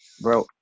bro